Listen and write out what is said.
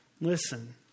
Listen